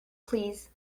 please